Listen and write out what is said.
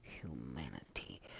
humanity